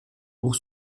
pour